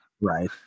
right